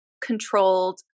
controlled